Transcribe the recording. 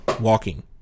Walking